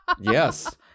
Yes